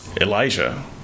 Elijah